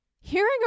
hearing